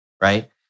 right